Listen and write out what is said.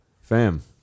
fam